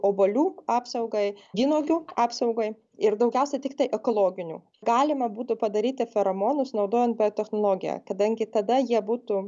obuolių apsaugai vynuogių apsaugai ir daugiausiai tiktai ekologinių galima būtų padaryti feromonus naudojant technologiją kadangi tada jie būtų